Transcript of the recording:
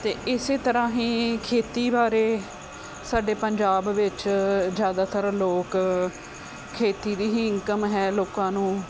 ਅਤੇ ਇਸੇ ਤਰ੍ਹਾਂ ਹੀ ਖੇਤੀ ਬਾਰੇ ਸਾਡੇ ਪੰਜਾਬ ਵਿੱਚ ਜ਼ਿਆਦਾਤਰ ਲੋਕ ਖੇਤੀ ਦੀ ਹੀ ਇਨਕਮ ਹੈ ਲੋਕਾਂ ਨੂੰ